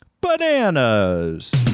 bananas